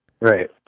Right